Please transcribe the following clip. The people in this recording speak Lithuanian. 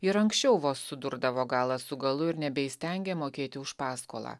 ir anksčiau vos sudurdavo galą su galu ir nebeįstengė mokėti už paskolą